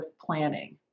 planning